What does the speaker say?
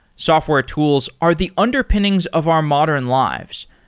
software tools are the underpinnings of our modern lives.